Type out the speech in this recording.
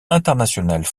internationales